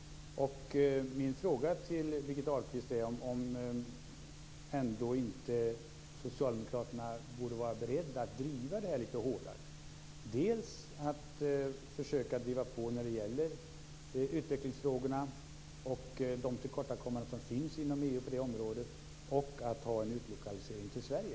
Min fråga till Birgitta Ahlqvist är om socialdemokraterna ändå inte borde vara beredda att driva denna fråga lite hårdare. De borde försöka driva på dels när det gäller utvecklingsfrågorna och de tillkortakommanden som finns inom EU på det området, dels när det gäller en utlokalisering till Sverige.